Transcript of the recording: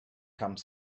come